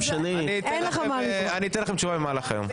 שני --- אני אתן לכם תשובה במהלך היום.